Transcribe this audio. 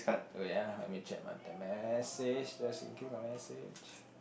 wait ah let me check my te~ message just in case my message